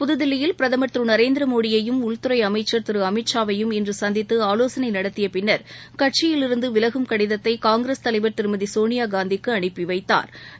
புதுதில்லியில் பிரதமா் திரு நரேந்திர மோடியையும் உள்துறை அமைச்சா் திரு அமித்ஷாவையும் இன்று சந்தித்து ஆலோசனை நடத்திய பின்னா் கட்சியிலிருந்து விலகும் கடிதத்தை காங்கிரஸ் தலைவா் திருமதி சோனியா காந்திக்கு அனுப்பி வைத்தாா்